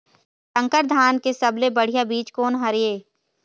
संकर धान के सबले बढ़िया बीज कोन हर ये?